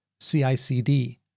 CICD